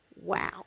Wow